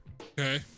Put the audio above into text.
Okay